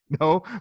no